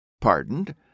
Pardoned